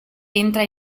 entra